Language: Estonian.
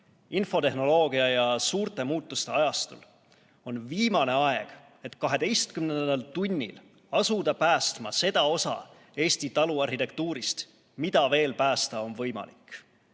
infotehnoloogia ja suurte muutuste ajastul on viimane aeg, et 12. tunnil asuda päästma seda osa Eesti taluarhitektuurist, mida veel päästa on võimalik. Praegu